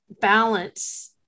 balance